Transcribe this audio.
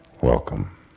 Welcome